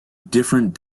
different